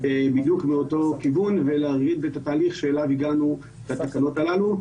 בדיוק מאותו כיוון ולהגיד את התהליך אליו הגענו בתקנות הללו.